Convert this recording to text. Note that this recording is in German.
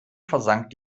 versank